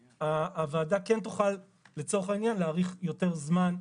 הוועדה כן תוכל לצורך העניין להאריך יותר זמן,